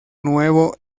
nuevo